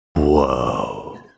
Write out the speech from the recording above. Whoa